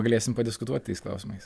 galėsim padiskutuot tais klausimais